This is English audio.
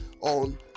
on